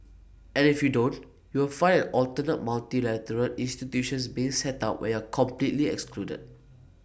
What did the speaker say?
and if you don't you will find an alternate multilateral institutions being set up where completely excluded